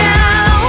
now